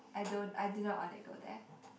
I don't I do not wanna go there